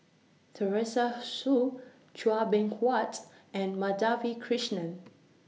Teresa Hsu Chua Beng Huat and Madhavi Krishnan